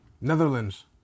Netherlands